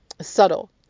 subtle